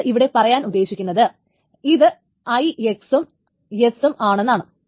അത് ഇവിടെ പറയാൻ ഉദ്ദേശിക്കുന്നത് അത് IX ഉം S ഉം ആണെന്നാണ്